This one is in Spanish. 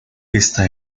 esta